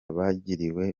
bagiriwe